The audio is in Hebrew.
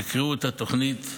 תקראו את התוכנית.